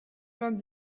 vingt